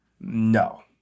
No